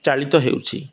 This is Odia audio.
ଚାଳିତ ହେଉଛି